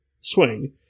swing